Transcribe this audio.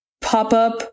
pop-up